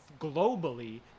globally